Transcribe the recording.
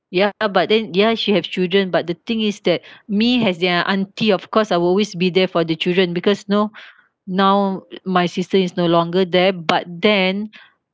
ya but then ya she have children but the thing is that me as their auntie of course I will always be there for the children because you know now my sister is no longer there but then